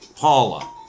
Paula